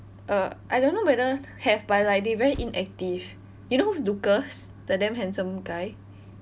uh I don't know whether have but like they very inactive you know who's lucas the damn handsome guy